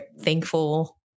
thankful